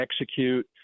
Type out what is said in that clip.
execute